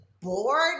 bored